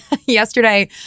Yesterday